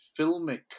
filmic